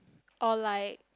or like